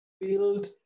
build